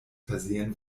versehen